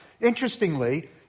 Interestingly